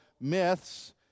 myths